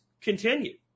continue